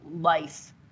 life